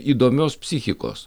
įdomios psichikos